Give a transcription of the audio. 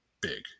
big